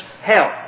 health